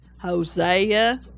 Hosea